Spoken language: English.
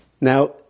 Now